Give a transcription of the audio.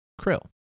Krill